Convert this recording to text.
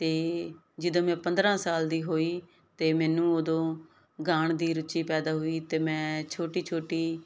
ਤੇ ਜਦੋਂ ਮੈਂ ਪੰਦਰਾਂ ਸਾਲ ਦੀ ਹੋਈ ਤੇ ਮੈਨੂੰ ਉਦੋਂ ਗਾਣ ਦੀ ਰੁਚੀ ਪੈਦਾ ਹੋਈ ਤੇ ਮੈਂ ਛੋਟੀ ਛੋਟੀ